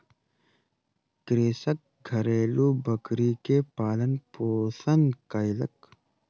कृषक घरेलु बकरी के पालन पोषण कयलक